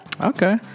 Okay